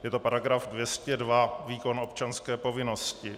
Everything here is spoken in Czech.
Je to § 202 Výkon občanské povinnosti.